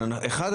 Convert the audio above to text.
אחת,